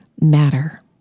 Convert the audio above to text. matter